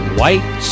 white